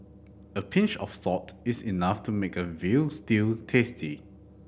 a pinch of salt is enough to make a veal stew tasty